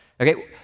okay